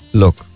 look